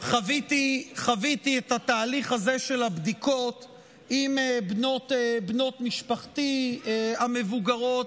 חוויתי את התהליך הזה של הבדיקות עם בנות משפחתי המבוגרות,